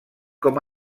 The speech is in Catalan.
com